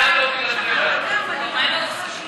כבוד היושב-ראש,